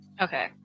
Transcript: Okay